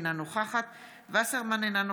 אינה נוכחת רות וסרמן לנדה,